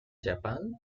japan